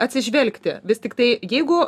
atsižvelgti vis tiktai jeigu